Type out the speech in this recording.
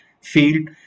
field